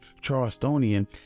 Charlestonian